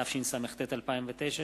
התשס"ט 2009,